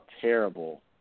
terrible